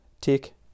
tick